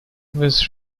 was